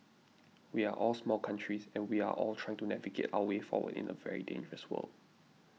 we are all small countries and we are all trying to navigate our way forward in a very dangerous world